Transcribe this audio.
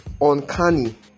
uncanny